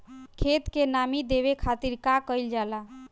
खेत के नामी देवे खातिर का कइल जाला?